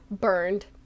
burned